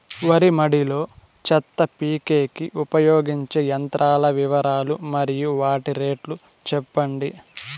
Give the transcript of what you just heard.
వరి మడి లో చెత్త పీకేకి ఉపయోగించే యంత్రాల వివరాలు మరియు వాటి రేట్లు చెప్పండి?